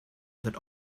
that